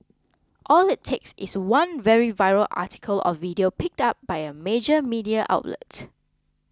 all it takes is one very viral article or video picked up by a major media outlet